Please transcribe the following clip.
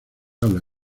habla